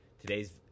today's